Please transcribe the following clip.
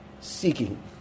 seeking